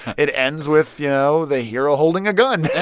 it ends with, you know, the hero holding a gun